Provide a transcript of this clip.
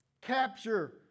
Capture